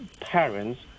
parents